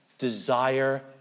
desire